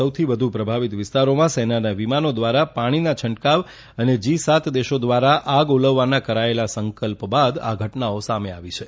સૌથી વધુ પ્રભાવિત વિસ્તારોમાં સેનાના વિમાનો દ્વારા પાણીના છંટકાવ અને જી સાત દેશો દ્વારા આગ ઓલવવામાં કરાયેલાં સંકલ્પ બાદ આ ઘટનાઓ સામે આવી છે